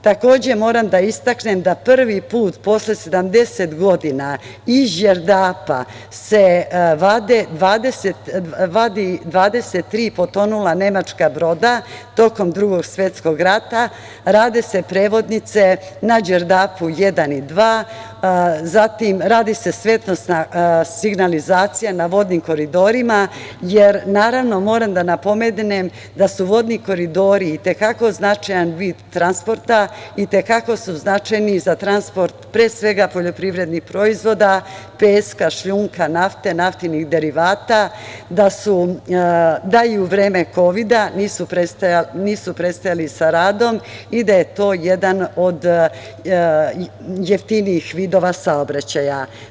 Takođe moram da istaknem da prvi put posle 70 godina iz Đerdapa se vadi 23 potonula nemačka broda tokom Drugog svetskog rata, rade se prevodnice na Đerdapu 1 i 2, zatim se radi svetlosna signalizacija na vodnim koridorima, jer moram da napomenem, da su vodni koridori i te kako značajan vid transporta, i te kako su značajni za transport pre svega poljoprivrednih proizvoda, peska, šljunka, nafte, naftnih derivata, da i u vreme Kovida nisu prestajali sa radom i to je jedan od jeftinijih vidova saobraćaja.